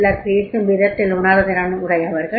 சிலர் பேசும் விதத்தில் உணர்திறன் உடையவர்கள்